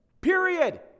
period